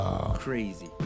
crazy